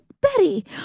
Betty